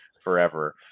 forever